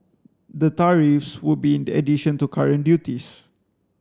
the tariffs would be in addition to current duties